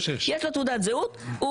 יש לו תעודת זהות,